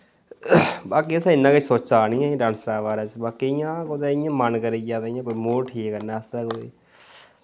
बाकी इत्थै इन्ना किश सोच्चा नेईं ऐ डांस दे बारे च बाकी इ'यां कुतै इयां मन करी जा ते इ'यां कोई मूड़ ठीक करने आस्तै कोई